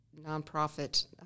nonprofit